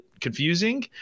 confusing